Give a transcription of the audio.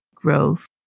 growth